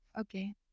Okay